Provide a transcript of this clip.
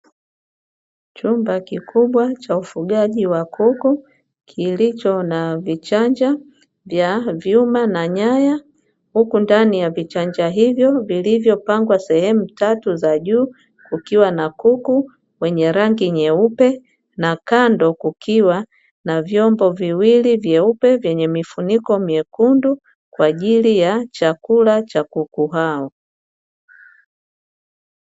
Chumba kikubwa cha ufugaji wa kuku kilicho na vichanja vya vyuma na nyaya huku ndani ya vichanja, hivyo vilivyopangwa sehemu tatu za juu kukiwa na kuku wenye rangi nyeupe na kando kukiwa na vyombo viwili vyeupe vyenye mifuniko mekundu kwa ajili ya chakula cha kuku hao.